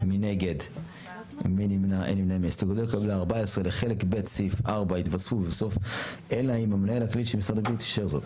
בנוסף הוספת "שאריות חומרי הדברה".